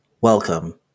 Welcome